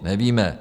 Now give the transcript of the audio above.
Nevíme.